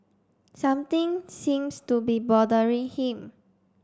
something seems to be bothering him